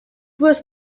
was